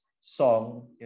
song